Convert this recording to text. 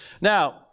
Now